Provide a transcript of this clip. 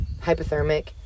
hypothermic